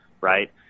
right